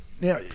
Now